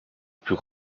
plus